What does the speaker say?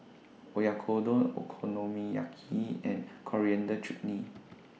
Oyakodon Okonomiyaki and Coriander Chutney